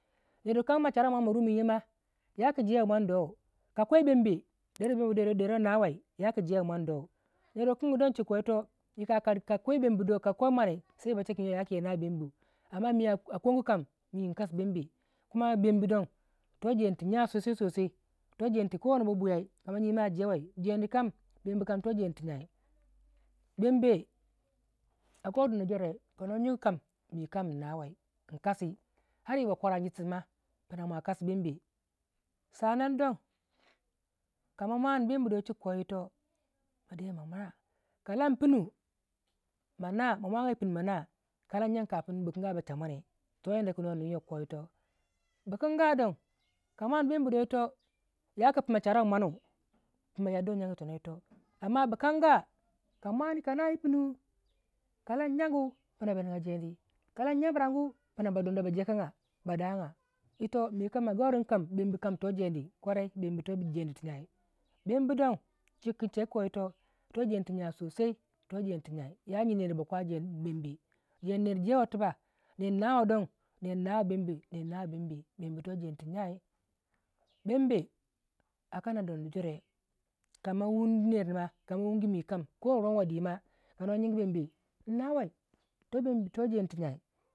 ner wukan ge ma charo mwane ma rumin yoma ya ki deruwai mwan dou ka kwai bembe deruwei bembi do nawei ya ku jewei mwan do ma yi ka nerwukanke yika chika to yito ka kwe bembe cewe kin yaki ya nawei bembe mi akogu kam mii inkasi bembe kuma bembe don toh jeni tu jyai sosai sosai to jeni to kanwano bwiya ma kamaji ma jewai mi kam bembe toh jeni tou jyai bembe mii kam kowana wona jore kano jyigyi kam mii kam inawei inkasi ar yi bakwara jititima pinamwa kasi bembe sanan don kama mwani bembi do chika yokoko yito ma de ma mura kalam pinu ma na ka lan jyaku kapin bikanga ba cha mwane toh yadda ku no nigi yokko yito bikanga don ka mwani bembe do yi to ya ku charuwei mwanu pima yaduwei jyaku yito amma bikanga ka mwani ka nai yi pinu ka lam pinu pina ba niga jeni ka lan jyamiragu pina ba dona ba jekega ba daga yito mikam agauri mii kam bembi kam to jeni bembi toh jeni to jyai bembi don dono kanama wunge dima ka yiki bembe mii nawai don bembe toh jeni to yai